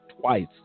twice